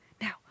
Now